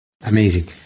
Amazing